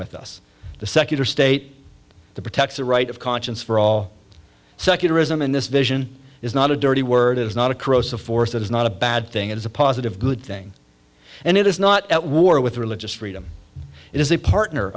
with us the secular state to protect the right of conscience for all secularism in this vision is not a dirty word it is not a corrosive force that is not a bad thing it is a positive good thing and it is not at war with religious freedom it is a partner